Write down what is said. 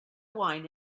wine